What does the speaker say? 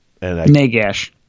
Nagash